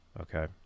Okay